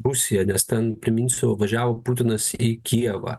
rusija nes ten priminsiu važiavo putinas į kijevą